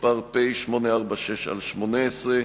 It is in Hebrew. פ/846/18.